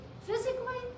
physically